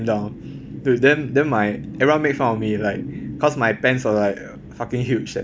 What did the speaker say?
down dude then then my everyone make fun of me like cause my pants were like fucking huge that